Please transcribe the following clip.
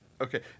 Okay